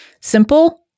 Simple